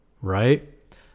right